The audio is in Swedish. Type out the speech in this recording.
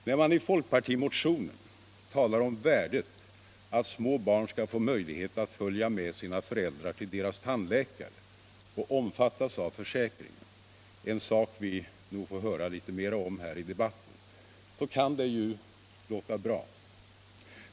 När man i folkpartimotionen talar om värdet av att små barn skall få möjlighet att följa med sina föräldrar till deras tandlikare och omfattas av försäkringen — en sak som vi nog får höra litet mera om här i debatten - kan det ju låta bra.